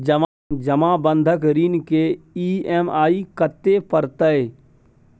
जमा बंधक ऋण के ई.एम.आई कत्ते परतै?